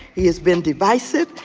he has been divisive.